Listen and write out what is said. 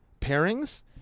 pairings